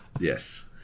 Yes